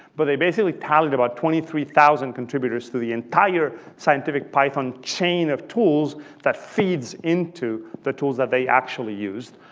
but they, basically, tallied about twenty three thousand contributors to the entire scientific python chain of tools that feeds into the tools that they actually used.